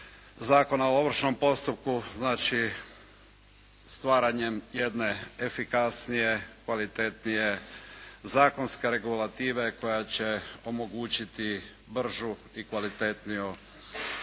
Zakona o ovršnom postupku, znači stvaranjem jedne efikasnije, kvalitetnije zakonske regulative koja će omogućiti bržu i kvalitetniju